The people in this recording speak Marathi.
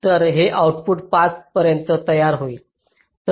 तर हे आउटपुट 5 पर्यंत तयार होईल